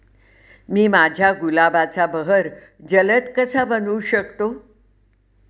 मी माझ्या गुलाबाचा बहर जलद कसा बनवू शकतो?